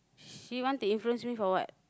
she want to influence me for what